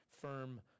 firm